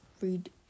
read